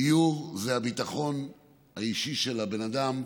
דיור זה הביטחון האישי של הבן אדם,